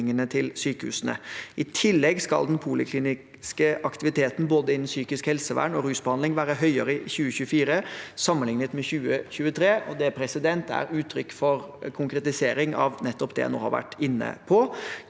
til sykehusene. I tillegg skal den polikliniske aktiviteten både innenfor psykisk helsevern og rusbehandling være høyere i 2024 enn i 2023. Det er uttrykk for en konkretisering av det jeg nå har vært inne på: